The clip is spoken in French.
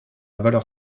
valeur